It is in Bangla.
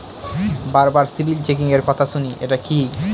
বারবার সিবিল চেকিংএর কথা শুনি এটা কি?